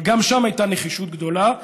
אבל גם שם הייתה נחישות גדולה.